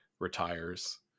retires